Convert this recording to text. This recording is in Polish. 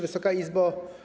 Wysoka Izbo!